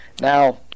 Now